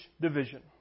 division